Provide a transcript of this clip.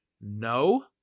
No